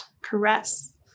caress